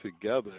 together